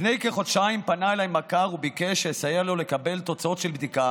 לפני כחודשיים פנה אליי מכר וביקש שאסייע לו לקבל תוצאות של בדיקה